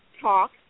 Talk